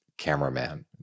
cameraman